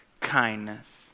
kindness